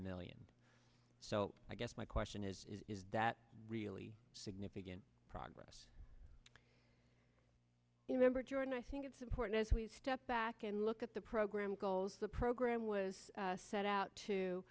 million so i guess my question is is that really significant progress in member join i think it's important as we step back and look at the program goals the program was set out to